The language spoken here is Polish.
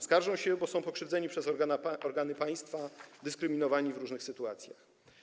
Skarżą się, bo są pokrzywdzeni przez organy państwa, dyskryminowani w różnych sytuacjach.